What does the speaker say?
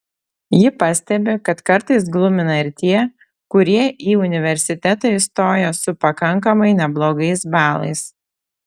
ji pastebi kad kartais glumina ir tie kurie į universitetą įstoja su pakankamai neblogais balais